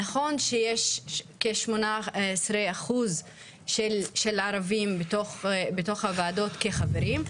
נכון שיש כשמונה עשרה אחוז של ערבים בתוך הוועדות כחברים,